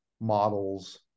models